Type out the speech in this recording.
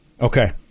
Okay